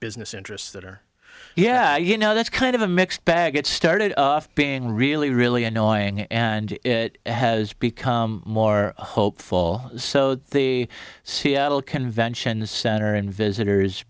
business interests that are yeah you know that's kind of a mixed bag it started off being really really annoying and it has become more hopeful so the seattle convention center and visitors